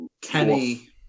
Kenny